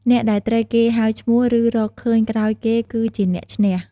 អ្នកដែលត្រូវគេហៅឈ្មោះ ឬ រកឃើញក្រោយគេគឺជាអ្នកឈ្នះ។